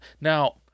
Now